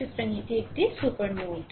সুতরাং এটি আসলে সুপার নোড